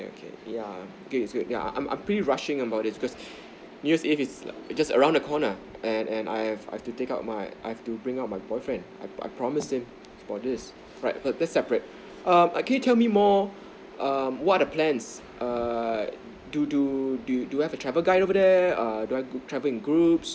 okay okay yeah okay it's good yeah I'm I'm pretty rushing about this because new year eve is just around the corner and and I've I've to take out my I've to bring out my boyfriend I've I've promised him for this alright that's separate err can you tell me more um what are the plans err do do do I have a travel guide over there err do I have to travel in groups